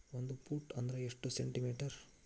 ಒಂದು ಫೂಟ್ ಅಂದ್ರ ಎಷ್ಟು ಸೆಂಟಿ ಮೇಟರ್?